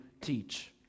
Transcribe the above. teach